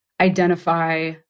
identify